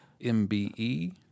M-B-E